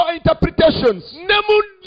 interpretations